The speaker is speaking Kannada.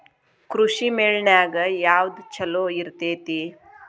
ಕೃಷಿಮೇಳ ನ್ಯಾಗ ಯಾವ್ದ ಛಲೋ ಇರ್ತೆತಿ?